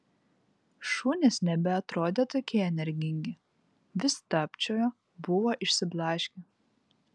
šunys nebeatrodė tokie energingi vis stabčiojo buvo išsiblaškę